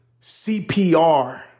CPR